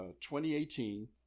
2018